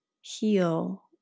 heal